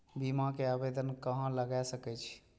बीमा के आवेदन कहाँ लगा सके छी?